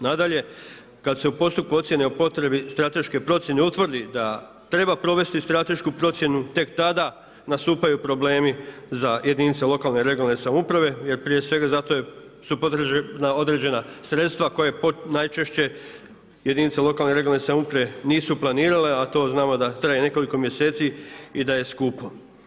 Nadalje, kad se u postupku ocjene o potrebi strateške procjene utvrdi da treba provesti stratešku procjenu, tek tada nastupaju problemi za jedinice lokalne i regionalne samouprave prije svega zato su potrebna određena sredstva koja najčešće jedinice lokalne i regionalne samouprave nisu planirale a to znamo da traje nekoliko mjeseci i da je skupo.